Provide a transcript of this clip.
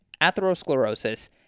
atherosclerosis